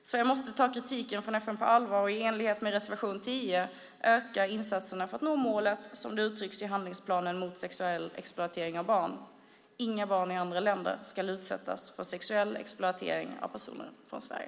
Sverige måste ta kritiken från FN på allvar och i enlighet med reservation 10 öka insatserna för att nå målet, som det uttrycks i handlingsplanen mot sexuell exploatering av barn: Inga barn i andra länder ska utsättas för sexuell exploatering av personer från Sverige.